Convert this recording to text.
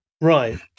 right